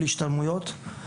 להשתלמויות.